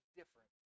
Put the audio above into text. different